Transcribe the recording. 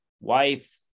wife